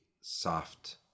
soft